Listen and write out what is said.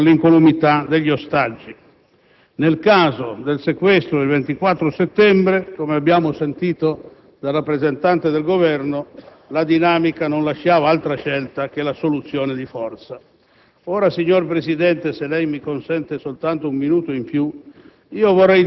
alla soluzione di forza, che comporta sempre un alto rischio per l'incolumità degli ostaggi. Nel caso del sequestro del 24 settembre, come abbiamo sentito dal rappresentante del Governo, la dinamica non lasciava altra scelta che la soluzione di forza.